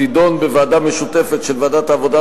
תידון בוועדה משותפת של ועדת העבודה,